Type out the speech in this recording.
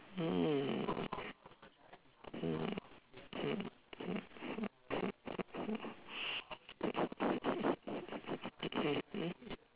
hmm mm mm mm mm